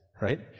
right